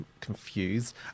confused